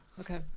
Okay